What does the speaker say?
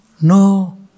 no